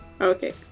Okay